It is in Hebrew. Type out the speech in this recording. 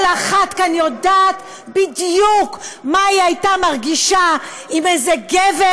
כל אחת כאן יודעת בדיוק מה היא הייתה מרגישה אם איזה גבר